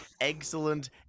excellent